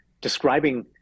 describing